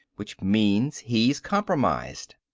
which means he's compromised.